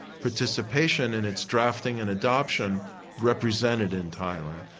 participation in its drafting and adoption represented in thailand.